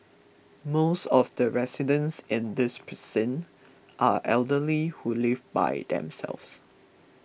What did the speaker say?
most of the residents in this precinct are elderly who live by themselves